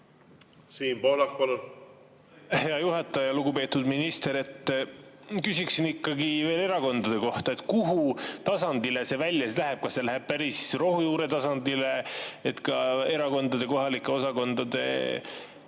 Siim Pohlak, palun! Hea juhataja! Lugupeetud minister! Küsin ikkagi veel erakondade kohta. Kuhu tasandile see siis välja läheb? Kas see läheb päris rohujuuretasandile, ka erakondade kohalike osakondade